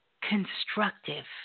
constructive